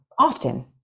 often